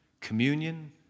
Communion